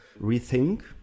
rethink